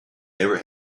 never